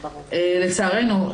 לצערנו,